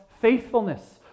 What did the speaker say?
faithfulness